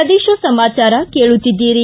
ಪ್ರದೇಶ ಸಮಾಚಾರ ಕೇಳುತ್ತಿದ್ದೀರಿ